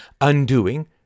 undoing